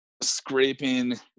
scraping